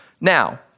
Now